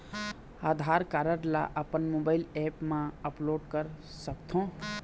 आधार card ला अपन mobile app मा अपलोड कर सकथों?